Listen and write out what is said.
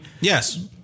Yes